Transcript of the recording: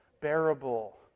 bearable